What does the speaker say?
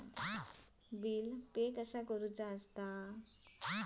Bill pay कसा करुचा?